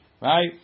Right